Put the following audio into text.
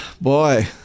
boy